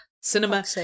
Cinema